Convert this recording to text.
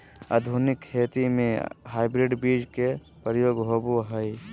आधुनिक खेती में हाइब्रिड बीज के प्रयोग होबो हइ